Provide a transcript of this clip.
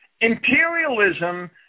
Imperialism